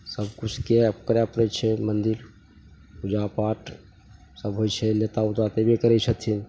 सबकिछुके करै पड़ै छै मन्दिर पूजापाठ सब होइ छै नेता उता तऽ अएबे करै छथिन